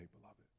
beloved